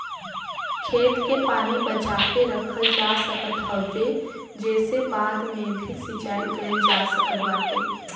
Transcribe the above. खेत के पानी बचा के रखल जा सकत हवे जेसे बाद में भी सिंचाई कईल जा सकत बाटे